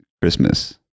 christmas